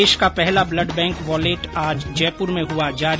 देश का पहला ब्लड बैंक वॉलेट आज जयपुर में हुआ जारी